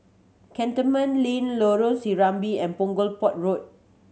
Cantonment Link Lorong Serambi and Punggol Port Road